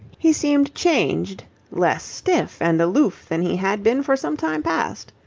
he seemed changed less stiff and aloof than he had been for some time past.